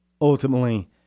ultimately